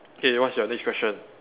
K what's your next question